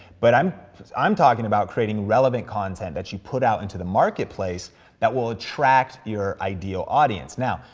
but i'm i'm talking about creating relevant content that you put out into the marketplace that will attract your ideal audience. now,